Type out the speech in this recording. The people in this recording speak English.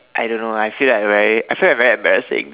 I don't know I feel I very I feel like very embarrassing